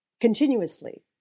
continuously